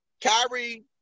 Kyrie